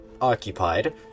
occupied